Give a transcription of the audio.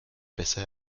besser